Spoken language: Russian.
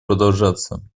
продолжаться